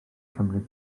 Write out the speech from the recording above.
cymryd